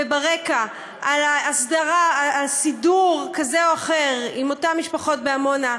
וברקע על סידור כזה או אחר עם אותן משפחות בעמונה,